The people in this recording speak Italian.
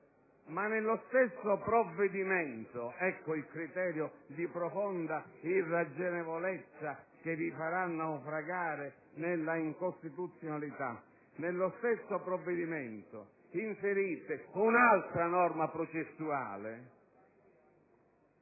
Ma nello stesso provvedimento - ecco il criterio di profonda irragionevolezza che vi farà naufragare nella incostituzionalità - inserite un'altra norma processuale